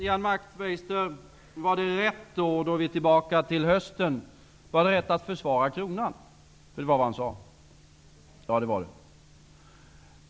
Ian Wachtmeister frågar -- och då är vi tillbaka till hösten -- om det var rätt att försvara kronan. Det var vad han sade. Ja, det var det.